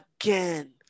again